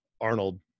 Arnold